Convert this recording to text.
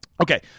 Okay